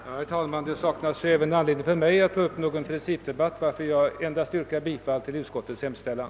Herr talman! Det saknas även för mig anledning att ta upp en principdebatt, varför jag inskränker inig till att yrka bifall till utskottets hemställan.